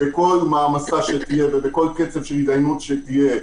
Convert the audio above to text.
בכל מעמסה שתהיה ובכל קצב הידיינות שיהיה,